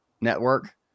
network